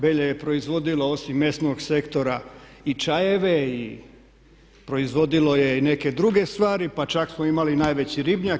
Belje je proizvodilo osim mesnog sektora i čajeve i proizvodilo je i neke druge stvari, pa čak smo imali najveći ribnjak.